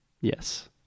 Yes